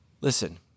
Listen